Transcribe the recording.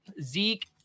Zeke